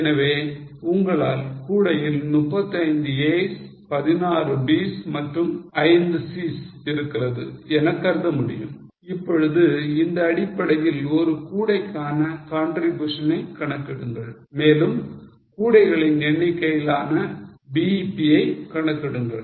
எனவே உங்களால் கூடையில் 35 a's 16 b's மற்றும் 5 c's இருக்கிறது என கருத முடியும் இப்பொழுது இந்த அடிப்படையில் ஒரு கூடைக்கான contribution னை கணக்கிடுங்கள் மேலும் கூடைகளின் எண்ணிக்கையிலான BEP யை கணக்கிடுங்கள்